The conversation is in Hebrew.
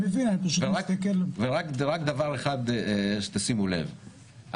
תשימו לב לדבר אחד,